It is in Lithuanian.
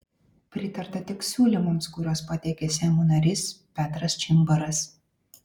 pritarta tik siūlymams kuriuos pateikė seimo narys petras čimbaras